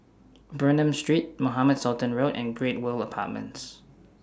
Bernam Street Mohamed Sultan Road and Great World Apartments